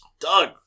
Doug